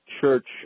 church